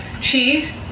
cheese